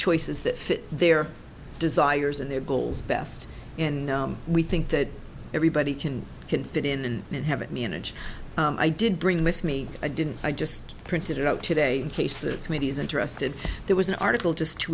choices that fit their desires and their goals best and we think that everybody can can fit in and have it manage i did bring with me i didn't i just printed it out today in case the committee is interested there was an article just two